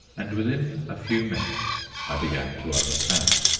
and within a few minutes i began to understand.